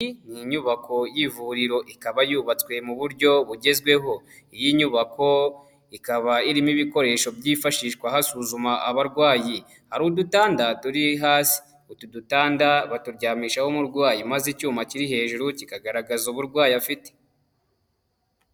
Iyi nyubako y'ivuriro ikaba yubatswe mu buryo bugezweho, iyi nyubako ikaba irimo ibikoresho byifashishwa hasuzuma abarwayi, hari udutanda turi hasi, utu dutanda baturyamishaho umurwayi maze icyuma kiri hejuru kikagaragaza uburwayi afite.